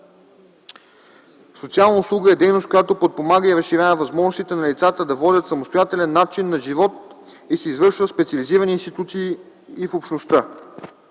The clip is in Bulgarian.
„Социална услуга” е дейност, която подпомага и разширява възможностите на лицата да водят самостоятелен начин на живот и се извършва в специализирани институции и в общността.